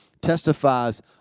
testifies